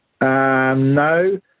no